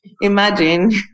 Imagine